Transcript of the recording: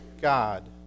God